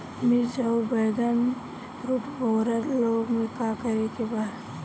मिर्च आउर बैगन रुटबोरर रोग में का करे के बा?